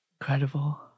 Incredible